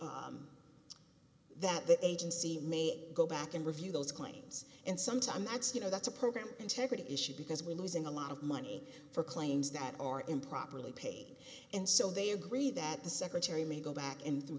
that the agency may go back and review those claims and sometimes that's you know that's a program integrity issue because we're losing a lot of money for claims that are improperly paid and so they agree that the secretary may go back in